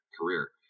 career